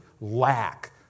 lack